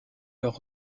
leur